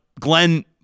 Glenn